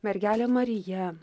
mergelė marija